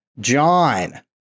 John